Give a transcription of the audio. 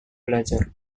belajar